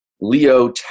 Leo